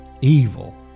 evil